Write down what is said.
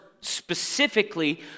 specifically